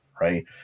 right